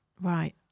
Right